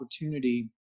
opportunity